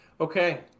Okay